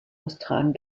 austragen